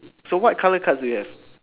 so what colour cards do you have